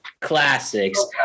classics